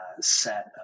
set